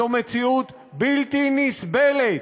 זה מציאות בלתי נסבלת,